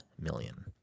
million